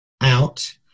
out